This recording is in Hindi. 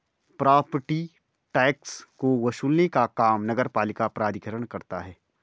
प्रॉपर्टी टैक्स को वसूलने का काम नगरपालिका प्राधिकरण करता है